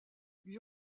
lui